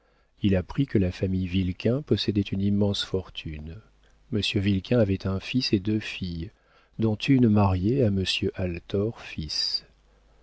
il apprit que la famille vilquin possédait une immense fortune monsieur vilquin avait un fils et deux filles dont une mariée à monsieur althor fils